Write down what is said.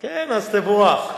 כן, אז תבורך,